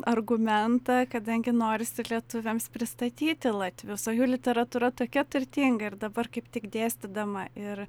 argumentą kadangi norisi lietuviams pristatyti latvius o jų literatūra tokia turtinga ir dabar kaip tik dėstydama ir